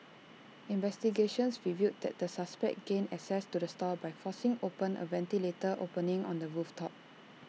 investigations revealed that the suspects gained access to the stall by forcing open A ventilator opening on the roof top